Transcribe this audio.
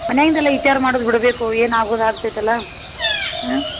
ಮನ್ಯಾಗಿಂದ ಎಲ್ಲ ವಿಚಾರ್ ಮಾಡುದ ಬಿಡಬೇಕು ಏನು ಆಗುದ ಆಗ್ತೈತಲ್ಲ ಹ್ಞೂ